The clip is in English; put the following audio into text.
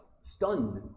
stunned